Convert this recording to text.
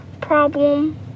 problem